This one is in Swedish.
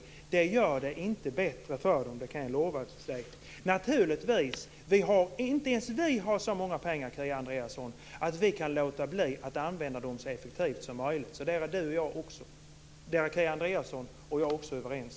Sådana budskap gör det inte bättre för polisen, det kan jag lova Naturligtvis har inte ens vi så mycket pengar, Kia Andreasson, att vi kan låta bli att använda dem så effektivt som möjligt. Också där är Kia Andreasson och jag överens.